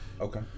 Okay